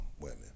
women